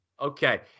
Okay